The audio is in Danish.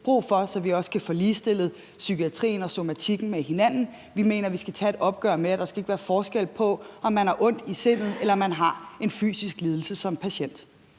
brug for, så vi også kan få ligestillet psykiatrien og somatikken med hinanden. Vi mener, vi skal tage et opgør med, at der er forskel på, om man som patient har ondt i sindet eller har en fysisk lidelse. Kl.